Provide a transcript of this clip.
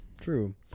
True